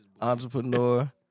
Entrepreneur